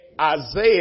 Isaiah